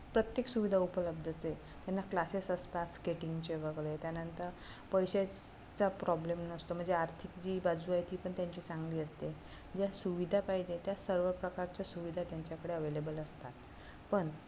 प्रत्येक सुविधा उपलब्ध ते त्यांना क्लासेस असतात स्केटिंगचे वगैरे त्यानंतर पैशाचा प्रॉब्लेम नसतो म्हणजे आर्थिक जी बाजू आहे ती पण त्यांची चांगली असते ज्या सुविधा पाहिजे त्या सर्व प्रकारच्या सुविधा त्यांच्याकडे अवेलेबल असतात पण